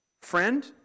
friend